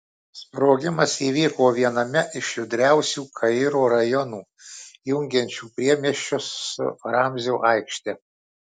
sprogimas įvyko viename iš judriausių kairo rajonų jungiančių priemiesčius su ramzio aikšte